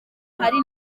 hari